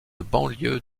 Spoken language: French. banlieue